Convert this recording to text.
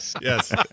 Yes